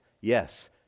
yes